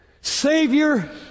savior